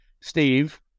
Steve